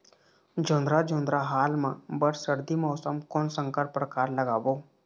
जोंधरा जोन्धरा हाल मा बर सर्दी मौसम कोन संकर परकार लगाबो?